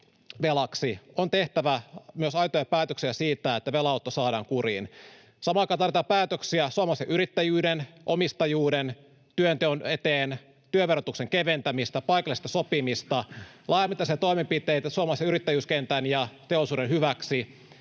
On tehtävä myös aitoja päätöksiä siitä, että velanotto saadaan kuriin. Samaan aikaan tarvitaan päätöksiä suomalaisen yrittäjyyden, omistajuuden ja työnteon eteen, työn verotuksen keventämistä, paikallista sopimista, laajamittaisia toimenpiteitä suomalaisen yrittäjyyskentän ja teollisuuden hyväksi,